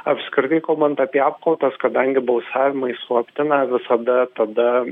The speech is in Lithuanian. apskritai kalbant apie apkaltas kadangi balsavimai slapti na visada tada